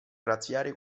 razziare